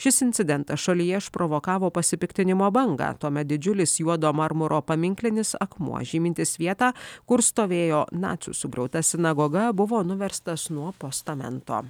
šis incidentas šalyje išprovokavo pasipiktinimo bangą tuomet didžiulis juodo marmuro paminklinis akmuo žymintis vietą kur stovėjo nacių sugriauta sinagoga buvo nuverstas nuo postamento